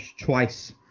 twice